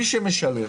מי שמשלם